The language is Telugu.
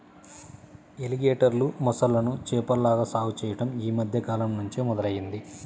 ఎలిగేటర్లు, మొసళ్ళను చేపల్లాగా సాగు చెయ్యడం యీ మద్దె కాలంనుంచే మొదలయ్యింది